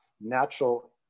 natural